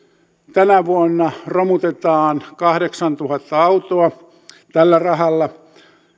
tänä vuonna romutetaan kahdeksantuhatta autoa tällä rahalla